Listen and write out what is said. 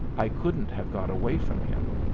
i couldn't have got away from him.